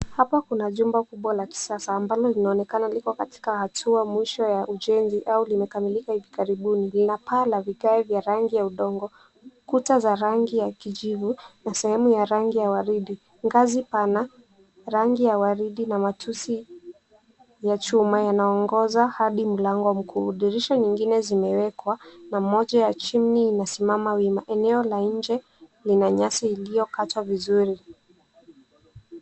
Hapa kuna jumba kubwa la kisasa ambalo linaonekana liko katika hatua mwisho ya ujenzi au limekamilika hivi karibuni. Lina paa la vigae vya rangi ya udongo, kuta za rangi ya kijivu na sehemu ya rangi ya waridi. Ngazi pana, rangi ya waridhi na matusi ya chuma yanayoongoza hadi milango mkuu. Dirisha nyingine zimewekwa na moja ya chini imesimama wima. Eneo la nje lina nyasi iliyokatwa vizuri.